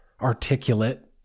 articulate